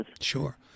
Sure